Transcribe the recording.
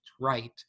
right